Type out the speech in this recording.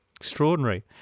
extraordinary